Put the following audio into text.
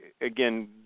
again